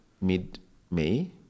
mid-May